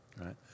right